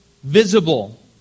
visible